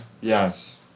Yes